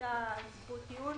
לאותה זכות טיעון.